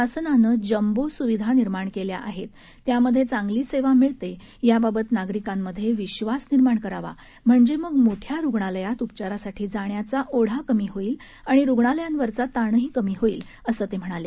शासनानं जंबो सुविधा निर्माण केल्या आहेत त्यामध्ये चांगली सेवा मिळते याबाबत नागरिकांमध्ये विद्वास निर्माण करावा म्हणजे मग मोठ्या रुग्णालयात उपचारासाठी जाण्याचा ओढा कमी होईल आणि रुग्णालयांवरचा ताणही कमी होईल असं ते म्हणाले